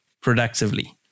productively